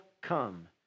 come